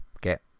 get